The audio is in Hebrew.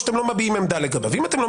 או שאתם לא מביעים עמדה לגביו?